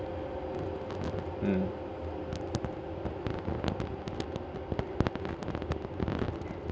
mm